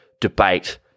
debate